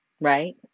right